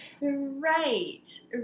Right